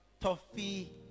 toffee